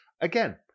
Again